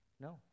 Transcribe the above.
No